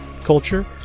culture